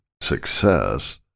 success